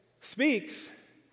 speaks